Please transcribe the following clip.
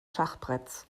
schachbretts